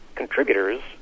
contributors